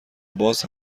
باز